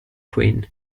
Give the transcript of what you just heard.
queen